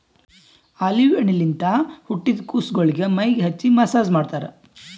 olive ಎಣ್ಣಿಲಿಂತ್ ಹುಟ್ಟಿದ್ ಕುಸಗೊಳಿಗ್ ಮೈಗ್ ಹಚ್ಚಿ ಮಸ್ಸಾಜ್ ಮಾಡ್ತರ್